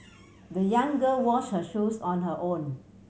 the young girl wash her shoes on her own